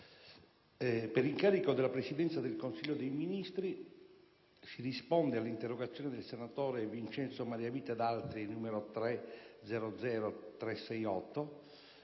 per incarico della Presidenza del Consiglio dei ministri si risponde all'interrogazione del senatore Vincenzo Maria Vita ed altri, n. 368,